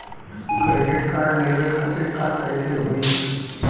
Credit card लेवे खातिर का करे के होई?